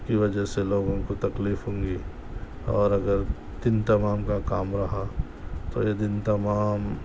کی وجہ سے لوگوں کو تکلیف ہوگی اور اگر دن تمام کا کام رہا تو یہ دن تمام